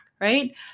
right